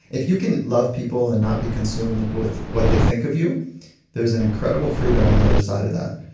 if you can love people and not be consumed with what they think of you there's an incredible um on the other side of that.